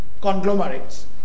conglomerates